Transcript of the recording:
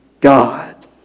God